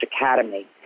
Academy